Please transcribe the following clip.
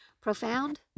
Profound